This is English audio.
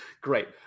Great